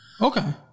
okay